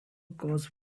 cause